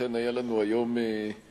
אכן היה לנו היום דיון,